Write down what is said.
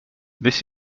this